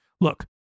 Look